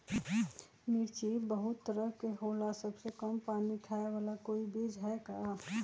मिर्ची बहुत तरह के होला सबसे कम पानी खाए वाला कोई बीज है का?